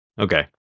okay